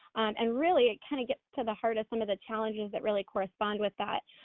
and really kinda get to the heart of some of the challenges that really correspond with that.